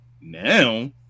now